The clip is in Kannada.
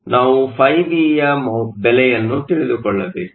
ಆದ್ದರಿಂದ ನಾವು φB ಯ ಬೆಲೆಯನ್ನು ತಿಳಿದುಕೊಳ್ಳಬೇಕು